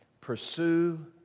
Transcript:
Pursue